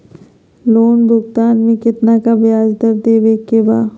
Loan भुगतान में कितना का ब्याज दर देवें के बा?